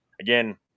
again